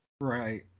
Right